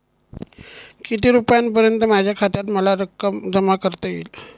किती रुपयांपर्यंत माझ्या खात्यात मला रक्कम जमा करता येईल?